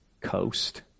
coast